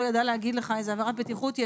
להגיד לך איזו עבירת בטיחות יש.